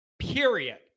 Period